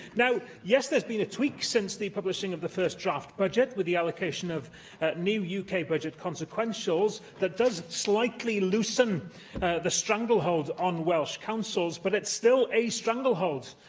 now, yes, there's been a tweak since the publishing of the first draft budget, with the allocation of new yeah uk budget consequentials that does slightly loosen the stranglehold on welsh councils, but it's still a stranglehold,